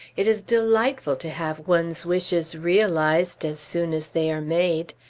it is delightful to have one's wishes realized as soon as they are made.